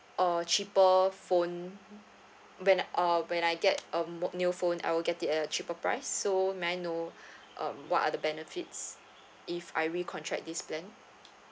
uh cheaper phone when uh when I get um w~ new phone I will get it at a cheaper price so may I know um what are the benefits if I recontract this plan